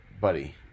buddy